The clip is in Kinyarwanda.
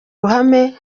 ruhame